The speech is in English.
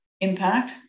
impact